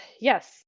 yes